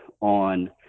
on